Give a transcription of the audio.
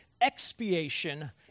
expiation